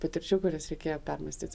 patirčių kurias reikėjo permąstyti